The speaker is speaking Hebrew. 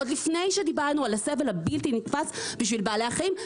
עוד לפני שדיברנו על הסבל הבלתי נתפס בשביל בעלי החיים,